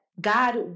God